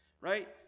right